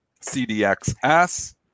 CDXS